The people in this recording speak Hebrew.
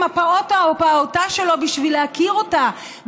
הפעוט או הפעוטה שלו בשביל להכיר אותם,